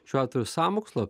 šiuo atveju sąmokslo